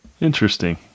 Interesting